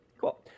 Cool